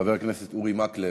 חבר הכנסת אורי מקלב,